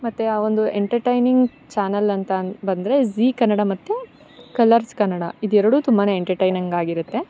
ಮತ್ತು ಆ ಒಂದು ಎಂಟರ್ಟೈನಿಂಗ್ ಚಾನಲ್ ಅಂತ ಬಂದರೆ ಝಿ ಕನ್ನಡ ಮತ್ತು ಕಲರ್ಸ್ ಕನ್ನಡ ಇದು ಎರಡೂ ತುಂಬಾ ಎಂಟರ್ಟೈನಿಂಗ್ ಆಗಿರುತ್ತೆ